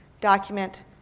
document